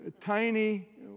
Tiny